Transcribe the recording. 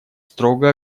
строго